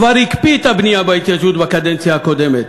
כבר הקפיא את הבנייה בהתיישבות בקדנציה הקודמת,